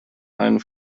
einen